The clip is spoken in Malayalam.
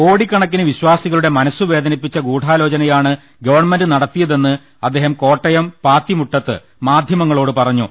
കോടിക്കണക്കിന് വിശ്വാസികളുടെ മനസുവേദനിപ്പിച്ച ഗൂഢാലോ ചനയാണ് ഗവൺമെന്റ് നടത്തിയതെന്ന് അദ്ദേഹം കോട്ടയം പാത്തിമു ട്ടത്ത് മാധ്യമങ്ങളോട് പറഞ്ഞു